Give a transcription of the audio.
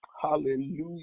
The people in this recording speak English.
hallelujah